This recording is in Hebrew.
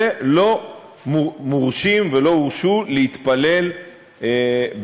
הזה לא מורשים ולא הורשו להתפלל בהר-הבית,